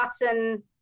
button